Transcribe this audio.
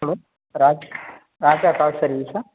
hello Raj Raja car சர்வீஸா